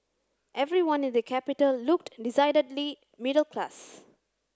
everyone in the capital looked decidedly middle class